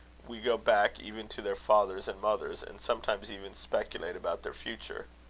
we go back even to their fathers and mothers and sometimes even speculate about their future.